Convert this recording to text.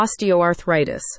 osteoarthritis